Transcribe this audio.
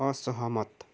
असहमत